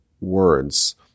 words